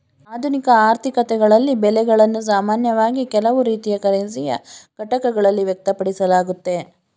ಆಧುನಿಕ ಆರ್ಥಿಕತೆಗಳಲ್ಲಿ ಬೆಲೆಗಳನ್ನು ಸಾಮಾನ್ಯವಾಗಿ ಕೆಲವು ರೀತಿಯ ಕರೆನ್ಸಿಯ ಘಟಕಗಳಲ್ಲಿ ವ್ಯಕ್ತಪಡಿಸಲಾಗುತ್ತೆ